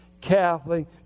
Catholic